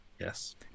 Yes